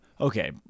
okay